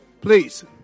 please